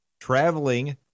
traveling